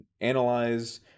analyze